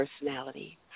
personality